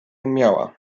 miała